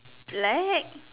black